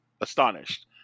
Astonished